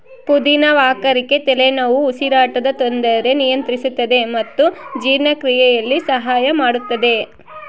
ಪುದಿನ ವಾಕರಿಕೆ ತಲೆನೋವು ಉಸಿರಾಟದ ತೊಂದರೆ ನಿಯಂತ್ರಿಸುತ್ತದೆ ಮತ್ತು ಜೀರ್ಣಕ್ರಿಯೆಯಲ್ಲಿ ಸಹಾಯ ಮಾಡುತ್ತದೆ